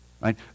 right